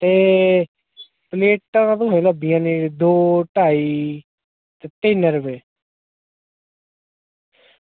ते प्लेटां तुसेंगी लब्भी जानियां दौ ढाई ते तीन रपेऽ